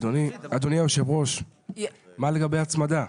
אדוני היושב ראש, מה לגבי הצמדה?